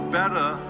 better